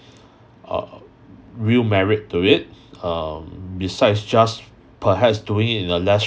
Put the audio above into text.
uh real merit to it um besides just perhaps doing it in a less